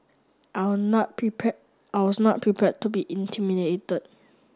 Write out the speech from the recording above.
I were not prepare I was not prepared to be intimidated